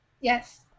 Yes